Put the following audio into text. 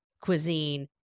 cuisine